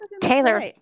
Taylor